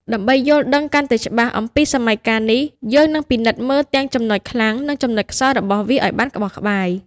ដើម្បីយល់ដឹងកាន់តែច្បាស់អំពីសម័យកាលនេះ យើងនឹងពិនិត្យមើលទាំង ចំណុចខ្លាំង និង ចំណុចខ្សោយ របស់វាឱ្យបានក្បោះក្បាយ។